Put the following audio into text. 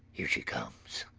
here she comes!